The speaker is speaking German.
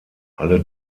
alle